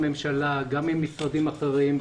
הממשלה, גם עם משרדים אחרים,